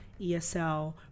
ESL